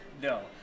No